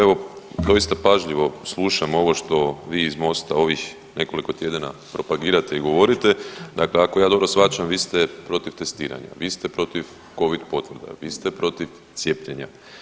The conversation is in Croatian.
Evo doista pažljivo slušam ovo što vi iz Mosta ovih nekoliko tjedana propagirate i govorite, dakle ako ja dobro shvaćam vi ste protiv testiranja, vi ste protiv covid potvrda, vi ste protiv cijepljenja.